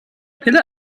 pille